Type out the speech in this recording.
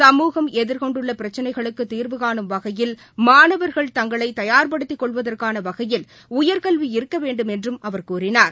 சமூகம் எதிர்கொண்டுள்ள பிரச்சினைகளுக்கு தீர்வுகாணும் வகையில் மாணவர்கள் தங்களை தயார்படுத்திக் கொள்வதற்கான வகையில் உயர்கல்வி இருக்க வேண்டுமென்றும் அவர் கூறினார்